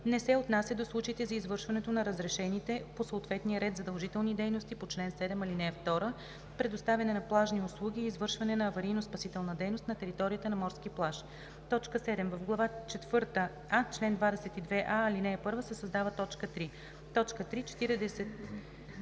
не се отнася до случаите за извършването на разрешените по съответния ред задължителни дейности по чл. 7, ал. 2, предоставяне на плажни услуги и извършване на аварийно-спасителна дейност на територията на морския плаж.“ 7. В глава четвърта „а“, чл. 22а, ал. 1 се създава т. 3: „3.